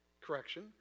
correction